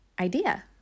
idea